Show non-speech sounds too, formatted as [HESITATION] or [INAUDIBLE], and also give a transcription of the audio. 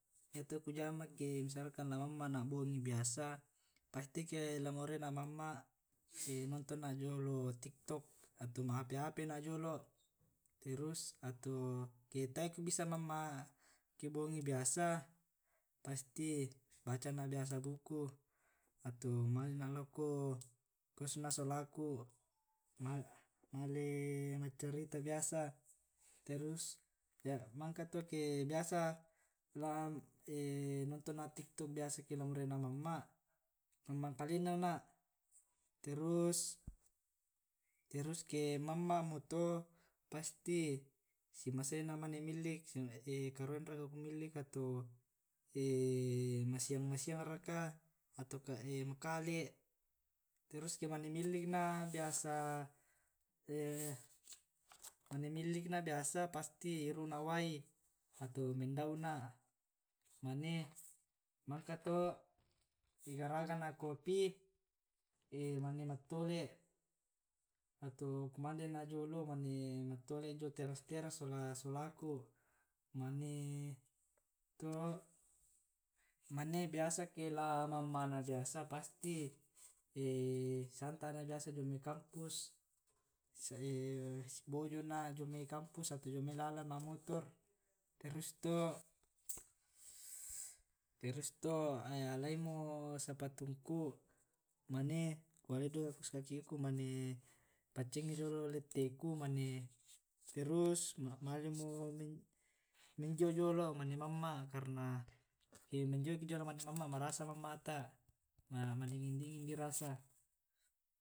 yato kujama ke misalkan la mamma na bongi biasa. pasti ke la morai na mamma [HESITATION] nonton na jolo tiktok atau ma' hp hp na jolo'. Terus ato ke tae ku bisa mamma ke bohongi biasa pasti baca na biasa buku. Atau male na' lako kosna solaku. Male maccarita biasa terus. Mangka to ke biasa la [HESITATION] nonton na tiktok biasa ke moraina mamma, mamma kalena na'. Terus ke mamma mo to pasti simasaina mane millik [HESITATION] karueng raka ku millik, ato [HESITATION] masiang masiang raka atau makale. Terus ke mane millik na biasa. [HESITATION] mane millik na biasa pasti iru'na wai atau mindau'na. mane mangka to ke garagana'kopi [HESITATION] mane mattole' atau kumandena jolo mane matttole' jio teras teras sola solaku mane to mane biasa ke la mamma na biasa pasti [HESITATION] santa' na biasa jomai kampus [HESITATION] bojo'na jomai kampus atau jomai lalan ma' motor. [NOISE] terus to terus to [HESITATION] alaimo sapatungku mane kualai dolo kos kakiku na mane paccingngi jolo lette' ku mane terus male mo minjio jolo' mane mamma'. karna ke minjio'ki jolo mane mamma' marasa mamma'ta ma dingin dingin di rasa [UNINTELLIGIBLE]